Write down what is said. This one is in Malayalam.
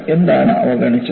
എന്താണ് അവഗണിച്ചത്